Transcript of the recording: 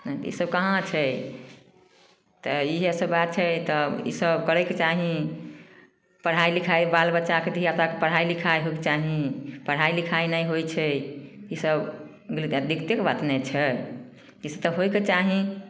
इसब कहाँ छै तऽ इएह सब बात छै तब इसब करैके चाही पढ़ाइ लिखाइ बाल बच्चाके धियापुताके पढ़ाइ लिखाइ होइके चाही पढ़ाइ लिखाइ नहि होइ छै इसब दिक्कतके बात ने छै किछु तऽ होइके चाही